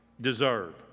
deserve